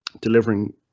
delivering